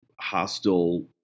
hostile